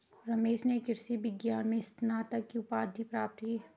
रमेश ने कृषि विज्ञान में स्नातक की उपाधि प्राप्त की